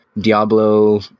Diablo